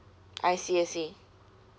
I see I see